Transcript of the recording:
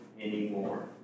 anymore